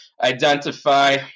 identify